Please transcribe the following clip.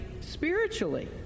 spiritually